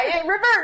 reverse